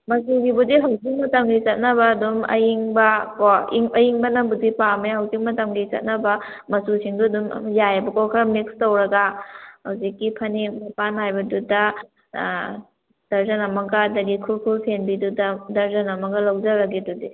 ꯃꯆꯨꯒꯤꯕꯨꯗꯤ ꯍꯧꯖꯤꯛꯀꯤ ꯃꯇꯝꯒꯤ ꯆꯠꯅꯕ ꯑꯗꯨꯝ ꯑꯏꯪꯕ ꯀꯣ ꯑꯏꯪꯕꯅꯕꯨꯗꯤ ꯄꯥꯝꯃꯦ ꯍꯧꯖꯤꯛ ꯃꯇꯝꯒꯤ ꯆꯠꯅꯕ ꯃꯆꯨꯁꯤꯡꯗꯨ ꯑꯗꯨꯝ ꯌꯥꯏꯌꯦꯕꯀꯣ ꯈꯔ ꯃꯤꯛꯁ ꯇꯧꯔꯒ ꯍꯧꯖꯤꯛꯀꯤ ꯐꯅꯦꯛ ꯃꯄꯥꯟ ꯅꯥꯏꯕꯗꯨꯗ ꯗꯔꯖꯟ ꯑꯃꯒ ꯑꯗꯒꯤ ꯈꯨꯔꯈꯨꯜ ꯐꯦꯟꯕꯤꯗꯨꯗ ꯗꯔꯖꯟ ꯑꯃꯒ ꯂꯧꯖꯔꯒꯦ ꯑꯗꯨꯗꯤ